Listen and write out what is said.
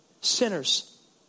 sinners